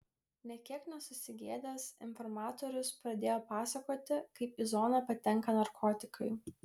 nė kiek nesusigėdęs informatorius pradėjo pasakoti kaip į zoną patenka narkotikai